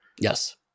Yes